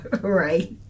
Right